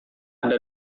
ada